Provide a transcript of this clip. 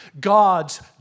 God's